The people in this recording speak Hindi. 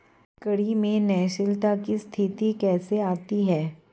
करों में न्यायशीलता की स्थिति कैसे आती है?